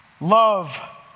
love